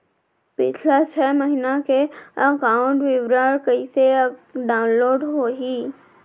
पिछला छः महीना के एकाउंट विवरण कइसे डाऊनलोड होही?